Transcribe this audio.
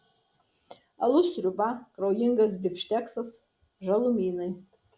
alus sriuba kraujingas bifšteksas žalumynai